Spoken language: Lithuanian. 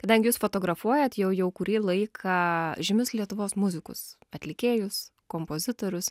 kadangi jūs fotografuojat jau jau kurį laiką žymius lietuvos muzikus atlikėjus kompozitorius